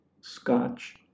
scotch